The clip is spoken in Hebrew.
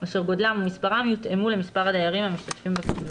אשר גודלם ומספרם יותאמו למספר הדיירים המשתתפים בפעילות,